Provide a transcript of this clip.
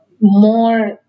More